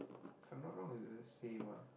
if I'm not wrong it's the same ah